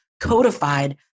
codified